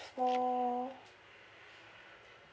for